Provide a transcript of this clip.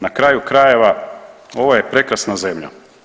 Na kraju krajeva, ovo je prekrasna zemlja.